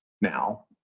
Now